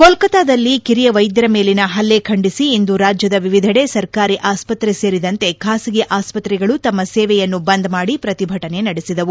ಕೊಲ್ಕತ್ತಾದಲ್ಲಿ ಕಿರಿಯ ವೈದ್ಯರ ಮೇಲಿನ ಪಲ್ಲೆ ಖಂಡಿಸಿ ಇಂದು ರಾಜ್ಯದ ವಿವಿಧೆಡೆ ಸರ್ಕಾರಿ ಆಸ್ಪತ್ರೆ ಸೇರಿದಂತೆ ಬಾಸಗಿ ಆಸ್ತತ್ರೆಗಳು ತಮ್ನ ಸೇವೆಯನ್ನು ಬಂದ್ ಮಾಡಿ ಪ್ರತಿಭಟನೆ ನಡೆಸಿದವು